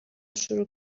شروع